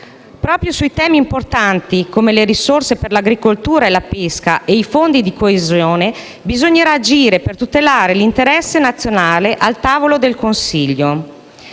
Proprio sui temi importanti come le risorse per l'agricoltura e la pesca e i fondi di coesione bisognerà agire per tutelare l'interesse nazionale al tavolo del Consiglio: